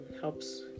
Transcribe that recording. helps